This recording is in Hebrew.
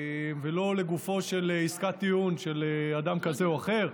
ולא לגופה של עסקת טיעון של אדם כזה או אחר.